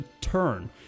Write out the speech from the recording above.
turn